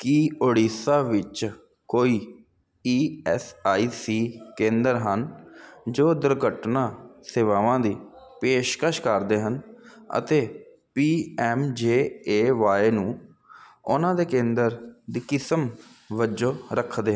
ਕੀ ਉੜੀਸਾ ਵਿੱਚ ਕੋਈ E S I C ਕੇਂਦਰ ਹਨ ਜੋ ਦੁਰਘਟਨਾ ਸੇਵਾਵਾਂ ਦੀ ਪੇਸ਼ਕਸ਼ ਕਰਦੇ ਹਨ ਅਤੇ P M J A Y ਨੂੰ ਉਹਨਾਂ ਦੇ ਕੇਂਦਰ ਦੀ ਕਿਸਮ ਵਜੋਂ ਰੱਖਦੇ